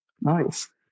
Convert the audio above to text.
Nice